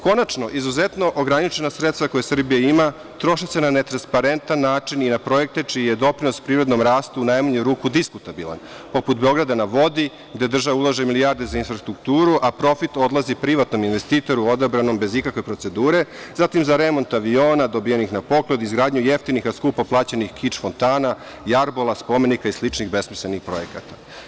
Konačno, izuzetno ograničena sredstva koje Srbija ima troše se na netransparentan način i na projekte čiji je doprinos privrednom rastu u najmanju ruku diskutabilan, poput „Beograda na vodi“, gde država ulaže milijarde za infrastrukturu, a profit odlazi privatnom investitoru odabranom bez ikakve procedure, zatim za remont aviona dobijenih na poklon, izgradnju jeftinih a skupo plaćenih kič fontana, jarbola, spomenika i sličnih besmislenih projekata.